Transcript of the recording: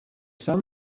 sun